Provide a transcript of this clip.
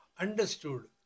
understood